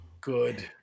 good